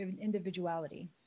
individuality